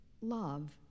love